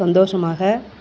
சந்தோஷமாக